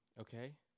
okay